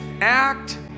act